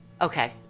Okay